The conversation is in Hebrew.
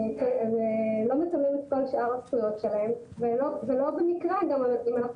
הם לא מקבלים את כל שאר הזכויות שלהם ולא במקרה אם אנחנו